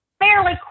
fairly